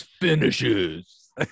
finishes